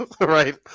Right